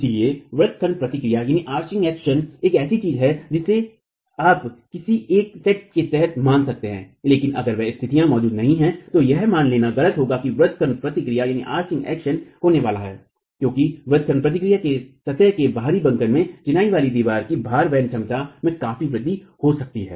इसलिए व्रत खंड प्रतिक्रिया एक ऐसी चीज है जिसे आप किसी दिए गए सेट के तहत मान सकते हैं लेकिन अगर वे स्थितियां मौजूद नहीं हैं तो यह मान लेना गलत होगा कि व्रत खंड प्रतिक्रिया होने वाला है क्योंकि व्रत खंड प्रतिक्रिया से सतह के बाहरी बंकन में चिनाई वाली दीवार की भार वहन क्षमता में काफी वृद्धि हो सकती है